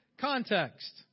context